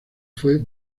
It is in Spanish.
fue